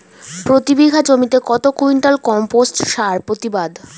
প্রতি বিঘা জমিতে কত কুইন্টাল কম্পোস্ট সার প্রতিবাদ?